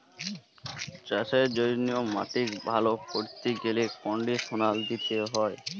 চাষের জ্যনহে মাটিক ভাল ক্যরতে গ্যালে কনডিসলার দিতে হয়